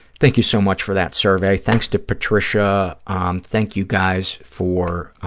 thank you so much for that survey. thanks to patricia. um thank you, guys, for